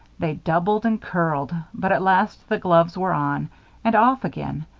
they doubled and curled but at last the gloves were on and off again.